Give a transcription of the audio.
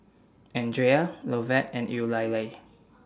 Andria Lovett and Eulalie